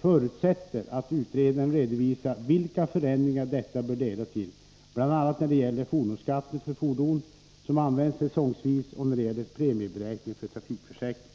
förutsätter att utredaren redovisar vilka förändringar detta bör leda till bl.a. när det gäller fordonsskatten för fordon som används säsongvis och när det gäller premieberäkningen för trafikförsäkringen.